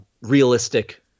realistic